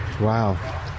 Wow